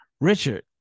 Richard